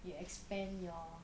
you expand your